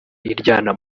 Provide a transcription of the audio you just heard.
iryana